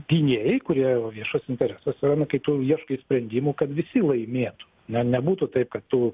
gynėjai kurie o viešas interesas yra nu kai tu ieškai sprendimų kad visi laimėtų ne nebūtų taip kad tu